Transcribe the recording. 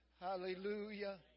Hallelujah